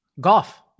golf